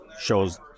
shows